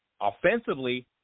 Offensively